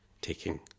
taking